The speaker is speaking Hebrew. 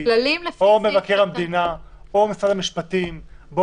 או על ידי מבקר המדינה או משרד המשפטים.